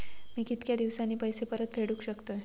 मी कीतक्या दिवसांनी पैसे परत फेडुक शकतय?